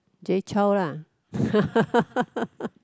Jay-Chou lah